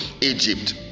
Egypt